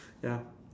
ya